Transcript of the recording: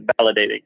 validating